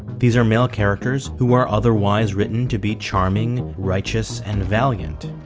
these are male characters who are otherwise written to be charming righteous and valiant